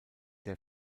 der